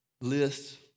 lists